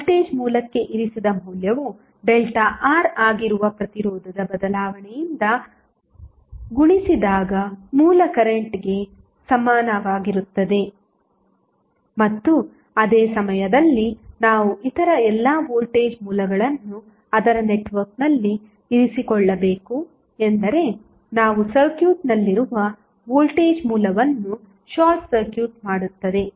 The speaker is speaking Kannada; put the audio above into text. ಆದ್ದರಿಂದ ವೋಲ್ಟೇಜ್ ಮೂಲಕ್ಕೆ ಇರಿಸಿದ ಮೌಲ್ಯವು ΔR ಆಗಿರುವ ಪ್ರತಿರೋಧದ ಬದಲಾವಣೆಯಿಂದ ಗುಣಿಸಿದಾಗ ಮೂಲ ಕರೆಂಟ್ಗೆ ಸಮನಾಗಿರುತ್ತದೆ ಮತ್ತು ಅದೇ ಸಮಯದಲ್ಲಿ ನಾವು ಇತರ ಎಲ್ಲ ವೋಲ್ಟೇಜ್ ಮೂಲಗಳನ್ನು ಅದರ ನೆಟ್ವರ್ಕ್ನಲ್ಲಿ ಇರಿಸಿಕೊಳ್ಳಬೇಕು ಎಂದರೆ ನಾವು ಸರ್ಕ್ಯೂಟ್ನಲ್ಲಿರುವ ವೋಲ್ಟೇಜ್ ಮೂಲವನ್ನು ಶಾರ್ಟ್ ಸರ್ಕ್ಯೂಟ್ ಮಾಡುತ್ತದೆ